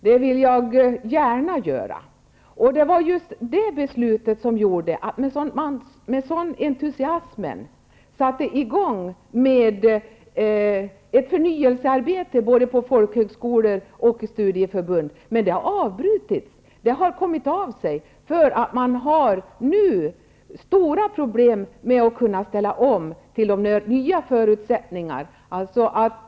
Det vill jag gärna göra, och det var just det beslutet som gjorde att man med sådan entusiasm satte i gång med ett förnyelsearbete både på folkhögskolor och på studieförbund. Men detta har kommit av sig, därför att man nu har stora problem med att ställa om till de nya förutsättningarna.